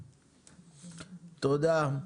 תודה.